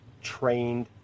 trained